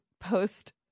post